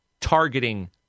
targeting